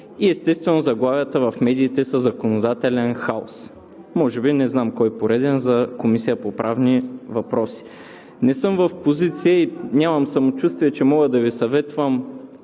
естествено, заглавията в медиите са „законодателен хаос“ – не знам кой пореден за Комисията по правни въпроси. Не съм в позиция и нямам самочувствие, че мога да Ви съветвам